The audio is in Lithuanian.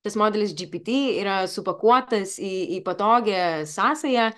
tas modelis gpt yra supakuotas į į patogią sąsają